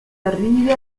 arrivi